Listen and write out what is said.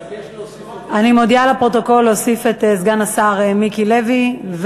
אני מודיעה לפרוטוקול להוסיף את סגן השר מיקי לוי.